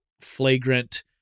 flagrant